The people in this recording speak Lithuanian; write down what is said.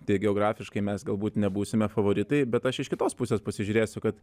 tai geografiškai mes galbūt nebūsime favoritai bet aš iš kitos pusės pasižiūrėsiu kad